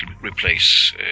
replace